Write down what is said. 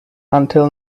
until